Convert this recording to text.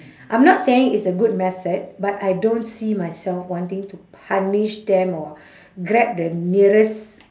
I'm not saying it's a good method but I don't see myself wanting to punish them or grab the nearest